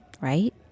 Right